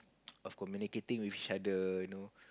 of communicating with each other you know